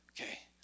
okay